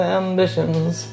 ambitions